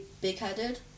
big-headed